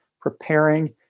preparing